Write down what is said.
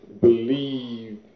believe